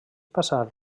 passar